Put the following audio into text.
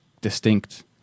distinct